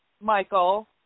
Michael